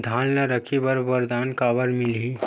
धान ल रखे बर बारदाना काबर मिलही?